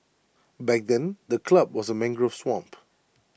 back then the club was A mangrove swamp